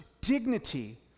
dignity